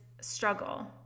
struggle